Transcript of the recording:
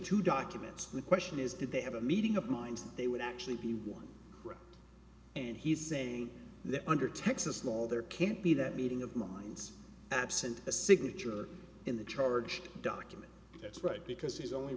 two documents the question is did they have a meeting of minds that they would actually be one and he's saying that under texas law there can't be that meeting of minds absent a signature in the charged document that's right because he's only